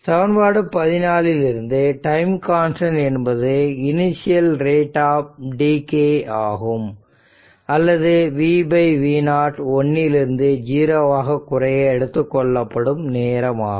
சமன்பாடு 14 இல் இருந்து டைம் கான்ஸ்டன்ட் என்பது இனிஷியல் ரேட் ஆப் டிகே ஆகும் அல்லது vv0 1 இல் இருந்து 0 வாக குறைய எடுத்துக்கொள்ளப்படும் நேரமாகும்